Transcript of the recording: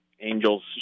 angels